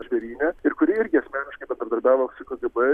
žvėryne ir kuri irgi asmeniškai bendradarbiavo su kgb